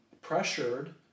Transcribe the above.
pressured